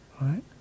right